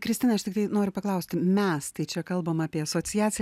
kristina aš tiktai noriu paklausti mes tai čia kalbam apie asociaciją